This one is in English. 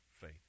faith